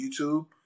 YouTube